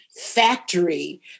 factory